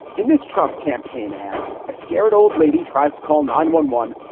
in this trump campaign ad, a scared old lady tries to call nine one one,